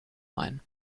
ein